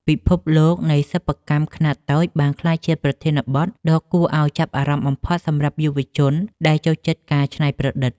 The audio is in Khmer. ពិភពលោកនៃសិប្បកម្មខ្នាតតូចបានក្លាយជាប្រធានបទដ៏គួរឱ្យចាប់អារម្មណ៍បំផុតសម្រាប់យុវជនដែលចូលចិត្តការច្នៃប្រឌិត។